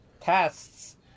Tests